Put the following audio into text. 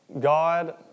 God